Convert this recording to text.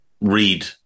read